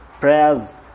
Prayers